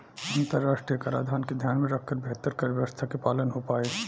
अंतरराष्ट्रीय कराधान के ध्यान में रखकर बेहतर कर व्यावस्था के पालन हो पाईल